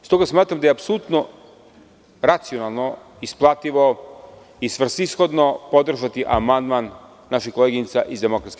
Stoga smatram da je apsolutno racionalno, isplativo i svrsishodno podržati amandman naših koleginica iz DSS.